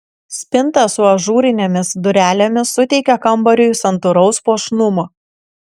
spinta su ažūrinėmis durelėmis suteikia kambariui santūraus puošnumo